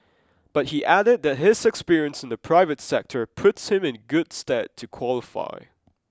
but he added that his experience in the private sector puts him in good stead to qualify